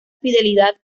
fidelidad